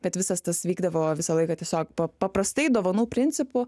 bet visas tas vykdavo visą laiką tiesiog pa paprastai dovanų principu